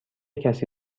کسی